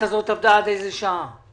עד איזו שעה עבדה הסייעת הזאת?